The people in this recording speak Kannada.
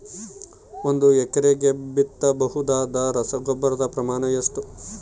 ಒಂದು ಎಕರೆಗೆ ಬಿತ್ತಬಹುದಾದ ರಸಗೊಬ್ಬರದ ಪ್ರಮಾಣ ಎಷ್ಟು?